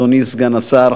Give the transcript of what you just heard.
אדוני סגן השר,